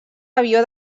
avió